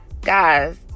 Guys